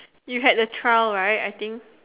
you had a trial right I think